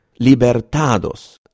Libertados